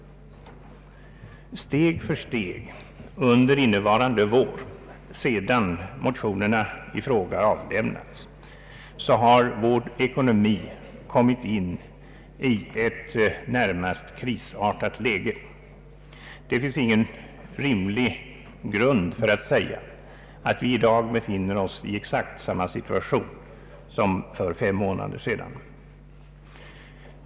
Steg för steg under innevarande vår, sedan motionerna i fråga har avlämnats, har vår ekonomi kommit in i ett närmast krisartat läge. Det finns ingen rimlig grund för att säga att vi i dag befinner oss i exakt samma situation som för fem månader sedan.